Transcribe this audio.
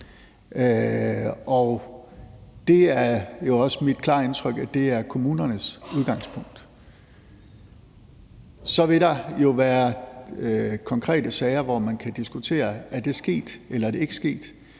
Det er også mit klare indtryk, at det er kommunernes udgangspunkt. Så vil der jo være konkrete sager, hvor man kan diskutere, om det er sket, eller om det